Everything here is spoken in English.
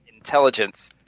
intelligence